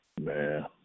Man